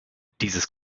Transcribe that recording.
dieses